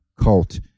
cult